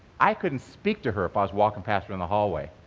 i couldn't speak to her if i was walking past her in the hallway.